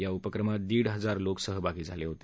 या उपक्रमात दीड हजार लोक सहभागी झाले होते